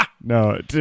No